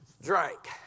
Drink